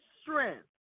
strength